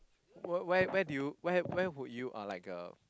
were where where did you where where would you like uh